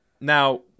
Now